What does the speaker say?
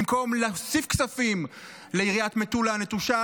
במקום להוסיף כספים לעיריית מטולה הנטושה,